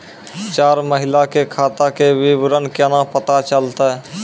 चार महिना के खाता के विवरण केना पता चलतै?